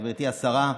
גברתי השרה.